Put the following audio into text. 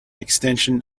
extension